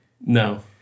No